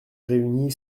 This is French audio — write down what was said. réunie